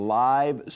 live